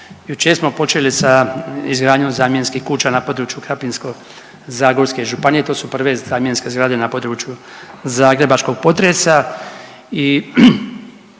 jučer smo počeli sa izgradnjom zamjenskih kuća na području Krapinsko-zagorske županije. To su prve zamjenske zgrade na području zagrebačkog potresa